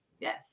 Yes